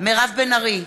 מירב בן ארי,